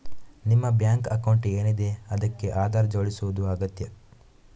ನಿಮ್ಮ bank account ಏನಿದೆ ಅದಕ್ಕೆ ಆಧಾರ್ ಜೋಡಿಸುದು ಅಗತ್ಯ